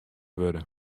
wurde